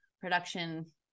production